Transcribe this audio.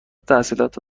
تحصیلات